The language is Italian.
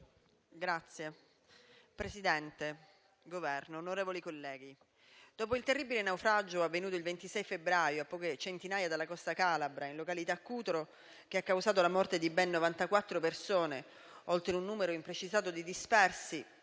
Signor Presidente, Governo, onorevoli colleghi, dopo il terribile naufragio avvenuto tra il 25 e il 26 febbraio a poche centinaia di metri dalla costa calabra, in località Cutro, che ha causato la morte di ben 94 persone oltre a un numero imprecisato di dispersi,